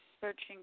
searching